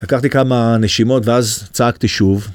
לקחתי כמה נשימות ואז צעקתי שוב.